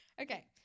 Okay